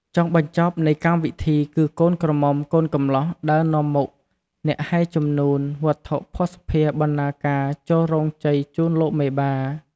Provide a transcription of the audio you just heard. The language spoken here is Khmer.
ចុងបញ្ចប់នៃកម្មវិធីគឺកូនក្រមុំកូនកំលោះដើរនាំមុខអ្នកហែជំនូន វត្ថុភស្តភាបណ្ណាការចូលរោងជ័យជូនលោកមេបា។